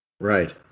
right